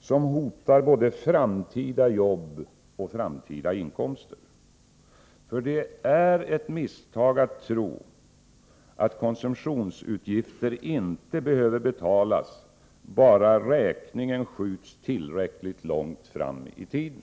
som hotar både framtida jobb och framtida inkomster. För det är ett misstag att tro, att konsumtionsutgifter inte behöver betalas, bara räkningen skjuts tillräckligt långt fram i tiden.